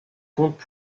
compte